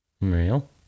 Real